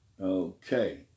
Okay